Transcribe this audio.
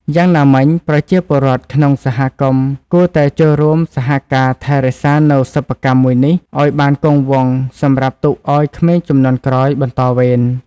យ៉ាងណាមិញប្រជាពលរដ្ឋក្នុងសហគមន៍គួរតែចូលរួមសហការថែរក្សានូវសិប្បកម្មមួយនេះឲ្យបានគង់វង្សសម្រាប់ទុកឲ្យក្មេងជំនាន់ក្រោយបន្តវេន។